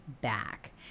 back